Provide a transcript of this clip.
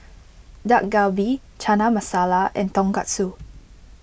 Dak Galbi Chana Masala and Tonkatsu